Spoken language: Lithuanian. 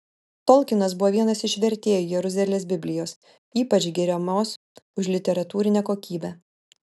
tolkinas buvo vienas iš vertėjų jeruzalės biblijos ypač giriamos už literatūrinę kokybę